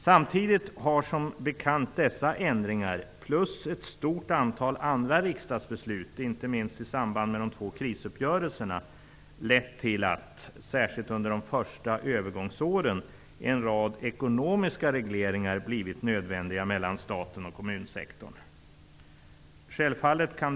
Samtidigt har som bekant dessa ändringar plus ett stort antal andra riksdagsbeslut, inte minst i samband med de två krisuppgörelserna, lett till att en rad ekonomiska regleringar mellan staten och kommunsektorn blivit nödvändiga, särskilt under de första övergångsåren.